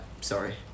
sorry